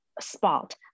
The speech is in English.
spot